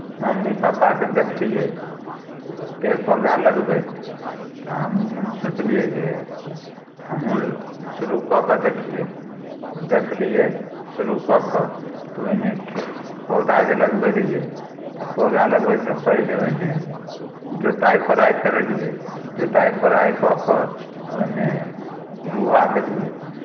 mummy पप्पाकेँ देखलियै पेड़ पौधा लगबैत तऽ हमहूँ सोचलियै जे हमहूँ शुरू कऽ के देखियै तऽ देखलियै शुरू कऽ कऽ तऽ ओहिमे खेत पौधा जे लगबै रहियै तऽ पौधा लगबैसँ पहिले ओहिमे जोताइ कोराइ करेलियै जोताइ कोराइ कऽ कऽ ओहिमे गुआ देलियै